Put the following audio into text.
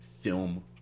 film